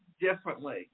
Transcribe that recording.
differently